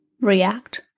react